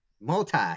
Multi